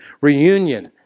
reunion